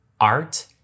Art